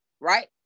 right